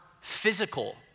physical